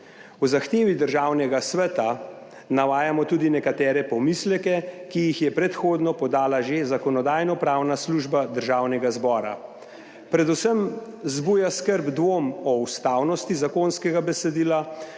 V zahtevi Državnega sveta navajamo tudi nekatere pomisleke, ki jih je predhodno podala že Zakonodajno-pravna služba Državnega zbora. Predvsem zbuja skrb dvom o ustavnosti zakonskega besedila